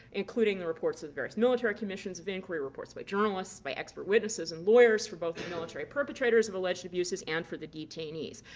including the reports of the various military commissions, of inquiry reports by journalists, by expert witnesses and lawyers for both the military perpetrators of alleged abuses and for the detainees.